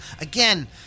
again